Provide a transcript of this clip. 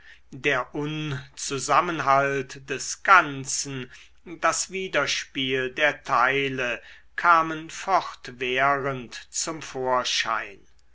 der unzusammenhalt des ganzen das widerspiel der teile kamen fortwährend zum vorschein